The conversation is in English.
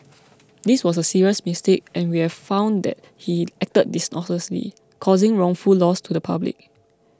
this was a serious mistake and we have found that he acted dishonestly causing wrongful loss to the public